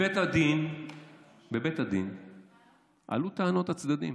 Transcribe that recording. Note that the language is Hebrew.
בבית הדין עלו טענות הצדדים,